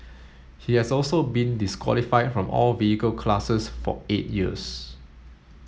he has also been disqualified from all vehicle classes for eight years